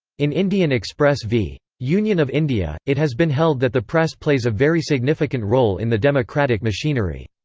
in indian express v. union of india, it has been held that the press plays a very significant role in the democratic machinery.